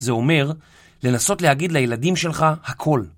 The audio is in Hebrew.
זה אומר לנסות להגיד לילדים שלך הכל.